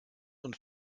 und